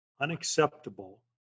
unacceptable